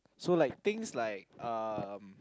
so like things like um